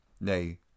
nay